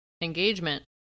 engagement